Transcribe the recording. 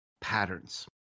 patterns